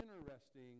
interesting